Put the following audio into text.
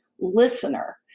listener